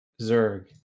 Zerg